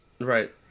Right